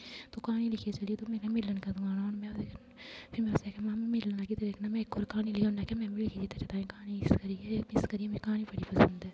तूं क्हानी लिखी चली गेई तूं मिलन कदूं आना में ओह्दे कन्नै फिर में उस्सी आखेआ मिलना में तेरे कन्नै में इक होर क्हानी लिखी दी तेरे लेई क्हानी इस करियै मी क्हानी बड़ी पसंद ऐ